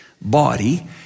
body